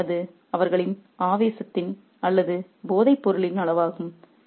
ஆகவே அது அவர்களின் ஆவேசத்தின் அல்லது போதைப்பொருளின் அளவாகும்